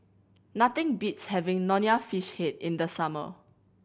nothing beats having Nonya Fish Head in the summer